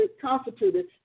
constituted